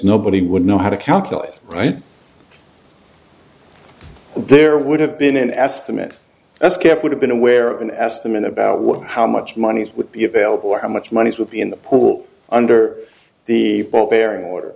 nobody would know how to calculate it right there would have been an estimate that's kept would have been aware of an estimate about what how much money would be available or how much money it would be in the pool under the ball bearing